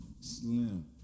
Slim